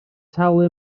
talu